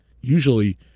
usually